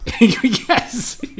Yes